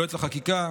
יועץ לחקיקה.